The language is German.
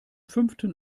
fünften